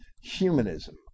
humanism